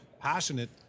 passionate